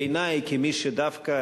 בעיני כמי שדווקא,